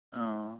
অ'